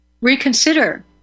reconsider